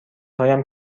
هایم